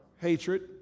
Hatred